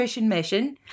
mission